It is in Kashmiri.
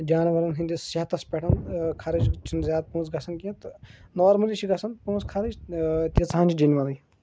جاناوارَن ہٕنٛدِس صحتَس پٮ۪ٹھ خرٕچ چھِنہٕ زیادٕ پونٛسہٕ گژھان کینٛہہ تہٕ نارملی چھِ گژھان پونٛسہٕ خرٕچ تیٖژاہَن جینؤنٕے